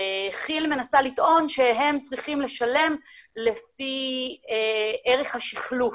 וכי"ל מנסה לטעון שהם צריכים לשלם לפי ערך השחלוף.